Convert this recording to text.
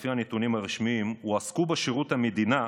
לפי הנתונים הרשמיים הועסקו בשירות המדינה,